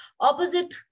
Opposite